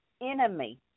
enemy